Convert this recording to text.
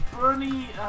Bernie